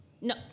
no